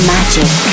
Magic